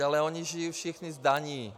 Ale ony žijí všichni z daní.